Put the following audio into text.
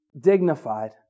dignified